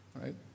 Right